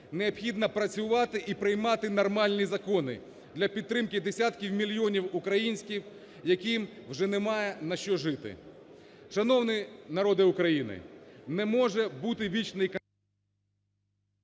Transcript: необхідно працювати і приймати нормальні закони для підтримки десятків мільйонів українців, яким вже немає, на що жити. Шановне народе України, не може бути вічний…